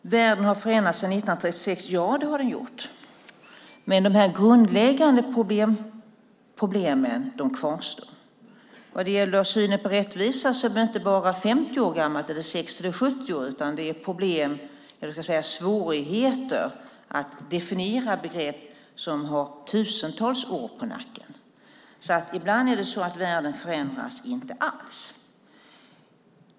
Fru talman! Världen har förändrats sedan 1936. Ja, det har den gjort. Men de grundläggande problemen kvarstår. Vad gäller synen på rättvisa är den inte bara 50, 60 eller 70 år gammal - det är svårigheter att definiera begrepp som har tusentals år på nacken. Ibland är det så att världen inte alls förändras.